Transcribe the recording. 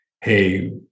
hey